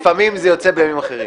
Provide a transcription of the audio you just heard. לפעמים זה יוצא בימים אחרים.